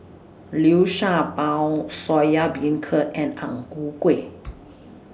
Liu Sha Bao Soya Beancurd and Ang Ku Kueh